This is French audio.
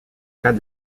cas